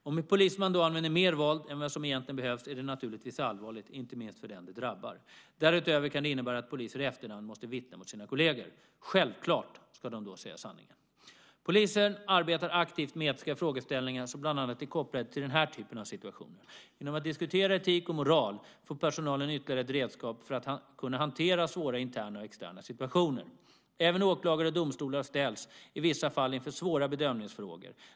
Om en polisman då använder mer våld än vad som egentligen behövs är det naturligtvis allvarligt, inte minst för den det drabbar. Därutöver kan det innebära att poliser i efterhand måste vittna mot sina kolleger. Självklart ska de då säga sanningen. Polisen arbetar aktivt med etiska frågeställningar som bland annat är kopplade till den här typen av situationer. Genom att diskutera etik och moral får personalen ytterligare ett redskap för att kunna hantera svåra interna och externa situationer. Även åklagare och domstolar ställs i vissa fall inför svåra bedömningsfrågor.